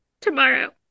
tomorrow